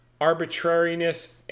arbitrariness